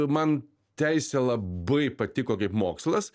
man teisė labai patiko kaip mokslas